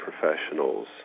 professionals